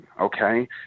okay